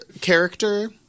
character